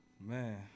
Man